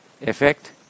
effect